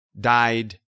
died